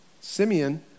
Simeon